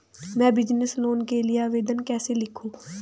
मैं business loan के लिए आवेदन कैसे लिखूँ?